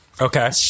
Okay